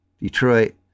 Detroit